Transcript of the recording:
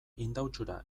indautxura